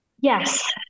Yes